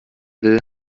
will